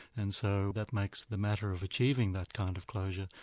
and so that makes the matter of achieving that kind of closure,